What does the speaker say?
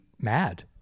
mad